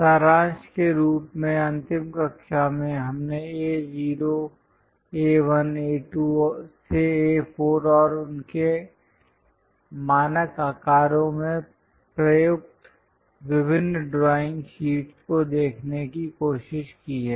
सारांश के रूप में अंतिम कक्षा में हमने A0 A1 A2 से A4 और उनके मानक आकारों में प्रयुक्त विभिन्न ड्राइंग शीट्स को देखने की कोशिश की है